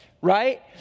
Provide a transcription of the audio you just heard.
right